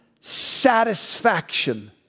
satisfaction